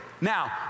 Now